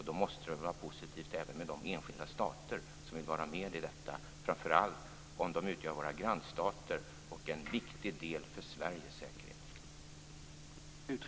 Då måste det väl vara positivt även med de enskilda stater som vill vara med i detta, framför allt om de utgör våra grannstater och är en viktig del för